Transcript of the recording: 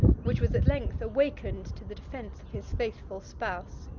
which was at length awakened to the defence of his faithful spouse.